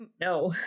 no